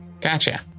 gotcha